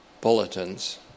bulletins